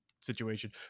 situation